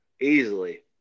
easily